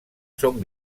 són